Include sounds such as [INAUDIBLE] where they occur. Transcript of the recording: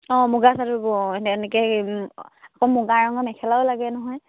অঁ মুগা চাদৰবোৰ অঁ এনেকে [UNINTELLIGIBLE] আকৌ মুগা ৰঙৰ মেখেলাও লাগে নহয়